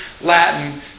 Latin